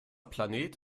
planet